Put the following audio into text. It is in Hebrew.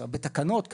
בתקנות,